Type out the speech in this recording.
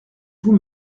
vous